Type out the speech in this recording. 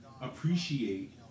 appreciate